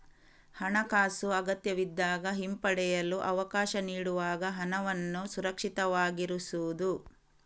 ಹಣಾಕಾಸು ಅಗತ್ಯವಿದ್ದಾಗ ಹಿಂಪಡೆಯಲು ಅವಕಾಶ ನೀಡುವಾಗ ಹಣವನ್ನು ಸುರಕ್ಷಿತವಾಗಿರಿಸುವುದು